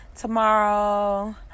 Tomorrow